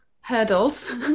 hurdles